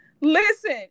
Listen